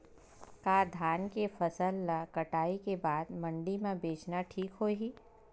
का धान के फसल ल कटाई के बाद मंडी म बेचना ठीक होही?